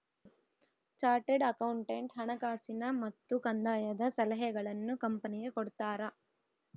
chartered accountant ಹಣಕಾಸಿನ ಮತ್ತು ಕಂದಾಯದ ಸಲಹೆಗಳನ್ನು ಕಂಪನಿಗೆ ಕೊಡ್ತಾರ